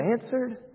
answered